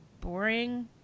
boring